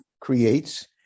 creates